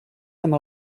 amb